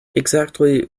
exactly